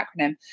acronym